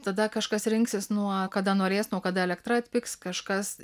tada kažkas rinksis nuo kada norės nuo kada elektra atpigs kažkas